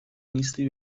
نیستی